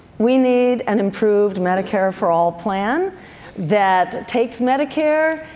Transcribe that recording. we need an improved medicare for all plan that takes medicare,